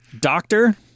doctor